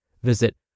Visit